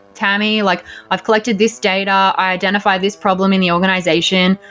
tammy. like i've collected this data. i identified this problem in the organization.